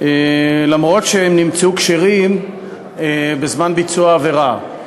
אף שהם נמצאו כשירים בזמן ביצוע העבירה.